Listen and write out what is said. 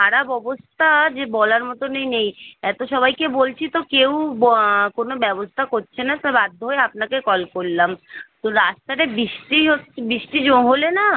খারাপ অবস্থা যে বলার মতোনই নেই এতো সবাইকে বলছি তো কেউ কোনো ব্যবস্থা করছে না তো বাধ্য হয়ে আপনাকে কল করলাম তো রাস্তাটা বৃষ্টি হচ্ছে বৃষ্টি যো হলে না